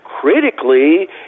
critically